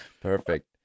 Perfect